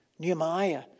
Nehemiah